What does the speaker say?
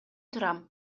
турам